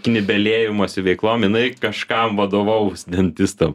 knibelėjimosi veiklom jinai kažkam vadovaus dantistam